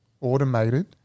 automated